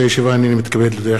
אני מתכבד להודיעכם,